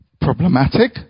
problematic